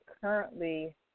currently